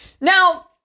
Now